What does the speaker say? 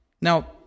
Now